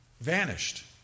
vanished